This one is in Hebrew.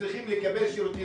שצריכים לקבל שירותים,